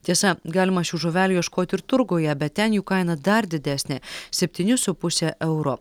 tiesa galima šių žuvelių ieškot ir turguje bet ten jų kaina dar didesnė septyni su puse euro